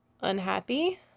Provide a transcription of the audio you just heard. unhappy